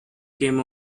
came